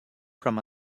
from